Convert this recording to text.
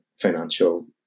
financial